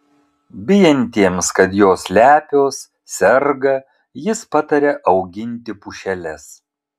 bijantiems kad jos lepios serga jis pataria auginti pušeles